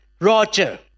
Roger